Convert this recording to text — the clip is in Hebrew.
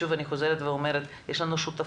שוב אני חוזרת ואומרת, יש לנו שותפים.